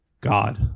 God